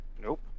nope